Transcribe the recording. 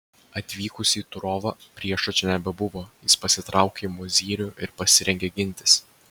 atvykus į turovą priešo čia nebebuvo jis pasitraukė į mozyrių ir pasirengė gintis